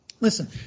Listen